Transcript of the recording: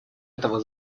этого